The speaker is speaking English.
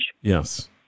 Yes